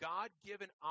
God-given